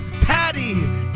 patty